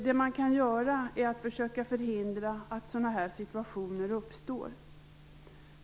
Det man kan göra är att försöka förhindra att sådana situationer uppstår.